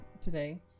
today